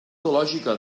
teològica